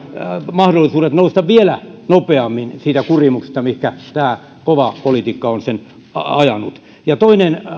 mahdollisuudet nousta vielä nopeammin siitä kurimuksesta mihinkä tämä kova politiikka on sen ajanut ja toinen